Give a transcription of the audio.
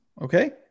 Okay